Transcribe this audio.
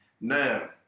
Now